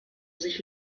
sich